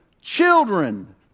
children